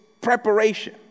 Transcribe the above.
preparation